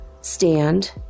stand